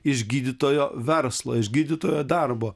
iš gydytojo verslo iš gydytojo darbo